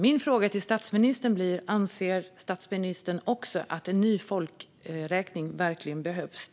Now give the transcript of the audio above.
Min fråga till statsministern blir: Anser statsministern också att en ny folkräkning verkligen behövs?